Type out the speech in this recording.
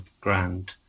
grand